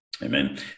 Amen